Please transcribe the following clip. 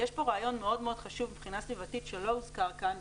יש פה רעיון מאוד מאוד חשוב מבחינה סביבתית שלא הוזכר כאן,